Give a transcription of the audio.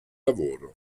lavoro